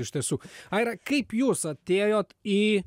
iš tiesų aira kaip jūs atėjot į